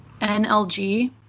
NLG